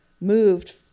moved